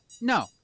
no